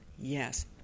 Yes